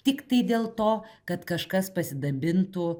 tiktai dėl to kad kažkas pasidabintų